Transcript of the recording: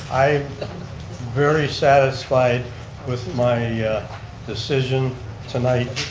i'm very satisfied with my decision tonight,